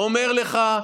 12 שנה הייתם